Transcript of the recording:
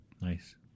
Nice